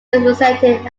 represented